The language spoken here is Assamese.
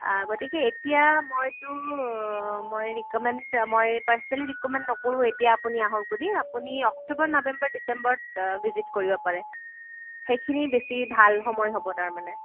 গতিকে এতিয়া মইটো মই ৰীকমেণ্ড মই পাৰ্চনেলী ৰীকমেণ্ড নকৰোঁ এতিয়া আপুনি আহক বুলি আপুনি অক্টোবৰ নৱেম্বৰ ডিচেম্বৰত ভিজিট কৰিব পাৰে সেইখিনি বেছি ভাল সময় হ'ব তাৰমানে